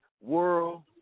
World